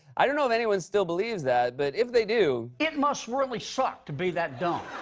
i don't know if anyone still believes that. but if they do. it must really suck to be that dumb.